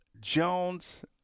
Jones